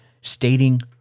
stating